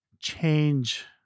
change